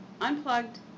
unplugged